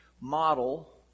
model